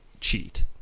cheat